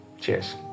cheers